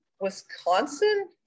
Wisconsin